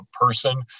person